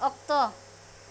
ᱚᱠᱛᱚ